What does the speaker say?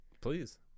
Please